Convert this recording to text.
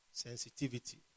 Sensitivity